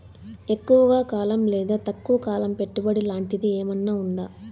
ఎక్కువగా కాలం లేదా తక్కువ కాలం పెట్టుబడి లాంటిది ఏమన్నా ఉందా